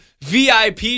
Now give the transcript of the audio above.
VIP